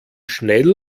schnell